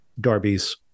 Darby's